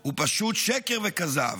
הוא פשוט שקר וכזב.